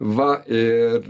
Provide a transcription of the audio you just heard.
va ir